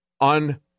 on